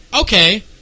Okay